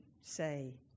say